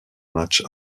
matchs